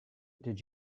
did